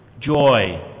Joy